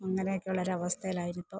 അങ്ങനെ ഒക്കെ ഉള്ള ഒരവസ്ഥയിൽ ആയിരിക്കും